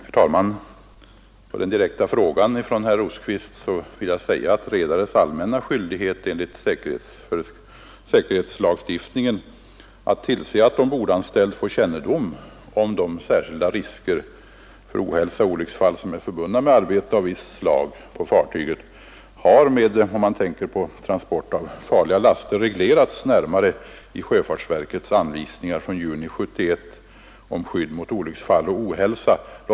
Herr talman! Till svar på den direkta frågan av herr Rosqvist vill jag säga att redarens allmänna skyldighet enligt säkerhetslagstiftningen att tillse att ombordanställd får kännedom om de särskilda risker för ohälsa och olycksfall, som är förbundna med arbete av visst slag på fartyget, har beträffande transport av farliga laster reglerats närmare i sjöfartsverkets anvisningar från juni 1971 om skydd mot olycksfall och ohälsa.